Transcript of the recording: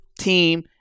team